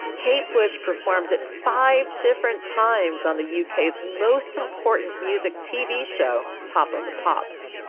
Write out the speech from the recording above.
cape bush performs at five different times on the u k s most important music tv show. top of the pops.